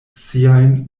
siajn